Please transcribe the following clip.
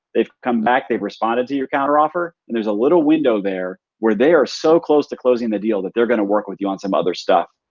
they've come back. they've responded to your counteroffer and there's a little window there where they are so close to closing the deal that they're gonna work with you on some other stuff.